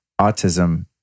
autism